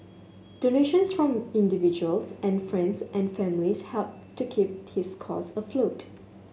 donations from individuals and friends and family helped to keep his cause afloat